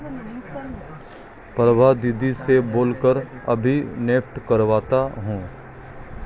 प्रभा दीदी से बोल कर अभी नेफ्ट करवाता हूं